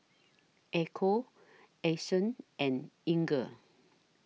Echo Ason and Inger